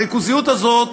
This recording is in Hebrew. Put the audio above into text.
הריכוזיות הזאת